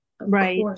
Right